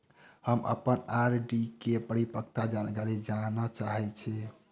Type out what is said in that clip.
हम अप्पन आर.डी केँ परिपक्वता जानकारी जानऽ चाहै छी